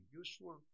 useful